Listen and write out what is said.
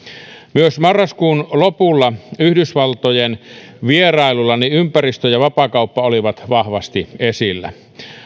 myös marraskuun lopulla yhdysvaltojen vierailullani ympäristö ja vapaakauppa olivat vahvasti esillä